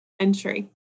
entry